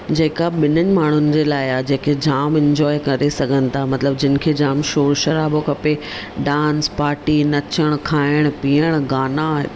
जेका ॿिन्हिनि माण्हुनि जे लाइ आहे जेके जाम इंजॉय करे सघनि था मतिलबु जिन खे जाम शोरु शराबो खपे डांस पार्टी नचण खाइणु पियणु गाना